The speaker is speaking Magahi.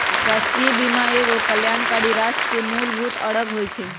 राष्ट्रीय बीमा एगो कल्याणकारी राष्ट्र के मूलभूत अङग होइ छइ